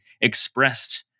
expressed